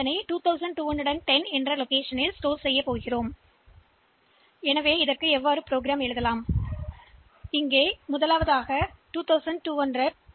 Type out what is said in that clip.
ஆகவே 2 2 1 0 ஐ நினைவக இடத்தில் கொண்டு செல்வதை நாம் புறக்கணிக்கலாம் இறுதியாக தொகை 2 2 1 0 இடத்தில் சேமிக்கப்பட வேண்டும்